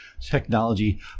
technology